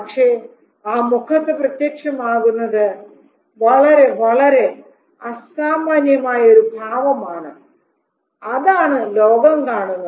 പക്ഷേ ആ മുഖത്ത് പ്രത്യക്ഷമാകുന്നത് വളരെ വളരെ അസാമാന്യമായ ഒരു ഭാവമാണ് അതാണ് ലോകം കാണുന്നത്